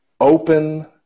open